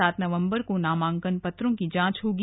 सात नवंबर को नामांकन पत्रों की जांच होगी